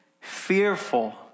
fearful